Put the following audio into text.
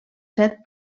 set